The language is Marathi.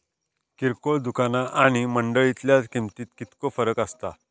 किरकोळ दुकाना आणि मंडळीतल्या किमतीत कितको फरक असता?